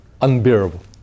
unbearable